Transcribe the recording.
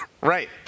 Right